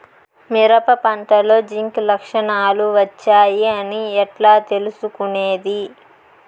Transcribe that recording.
మిరప పంటలో జింక్ లక్షణాలు వచ్చాయి అని ఎట్లా తెలుసుకొనేది?